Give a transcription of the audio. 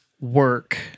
work –